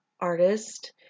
artist